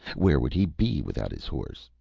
where would he be without his horse?